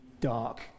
dark